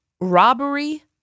robbery